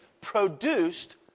produced